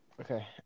Okay